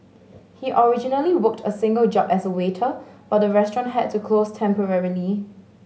he originally worked a single job as a waiter but the restaurant had to close temporarily